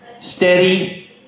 Steady